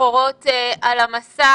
שחורות על המסך.